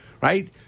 right